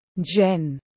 jen